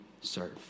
serve